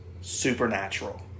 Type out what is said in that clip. Supernatural